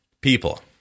people